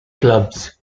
clubs